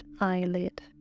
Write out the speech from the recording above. eyelid